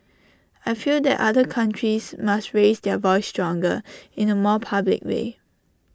I feel that other countries must raise their voice stronger in the more public way